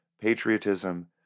Patriotism